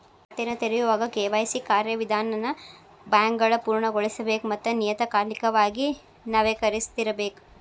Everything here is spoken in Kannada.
ಖಾತೆನ ತೆರೆಯೋವಾಗ ಕೆ.ವಾಯ್.ಸಿ ಕಾರ್ಯವಿಧಾನನ ಬ್ಯಾಂಕ್ಗಳ ಪೂರ್ಣಗೊಳಿಸಬೇಕ ಮತ್ತ ನಿಯತಕಾಲಿಕವಾಗಿ ನವೇಕರಿಸ್ತಿರಬೇಕ